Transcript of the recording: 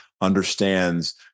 understands